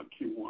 Q1